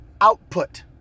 output